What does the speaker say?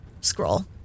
scroll